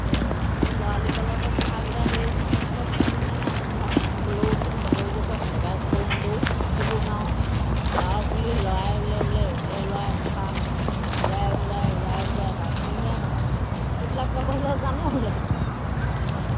এই আমি ল'ৰালি কালতে পঢ়াকেইটা সেই মুখস্থ থকা নিচিনাকৈ আছে আৰু হলৌ উঠিল টকৌ গছত লগাই খদৌ মদৌ সেইবোৰ গাওঁ লাও পুলি ল'ৰাই ৰুলে বোলে ৰুলে ল'ৰাই লফা ঘূৰাই ঘূৰাই উৰাই ঘূৰাই তাঘূৰ ঘূৰাই মাতা সেইবিলাক গাবলৈ জানো হ'লে